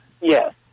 Yes